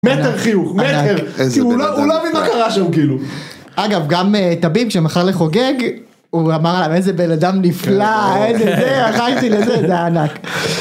מטר חיוך מטר כי הוא לא מבין מה קרה שם כאילו אגב גם טביב שמכר לחוגג הוא אמר להם איזה בן אדם נפלא. איזה זה, ענק.